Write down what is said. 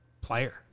player